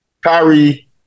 Kyrie